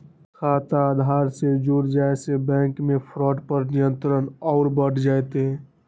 खाता आधार से जुड़ जाये से बैंक मे फ्रॉड पर नियंत्रण और बढ़ जय तय